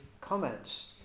comments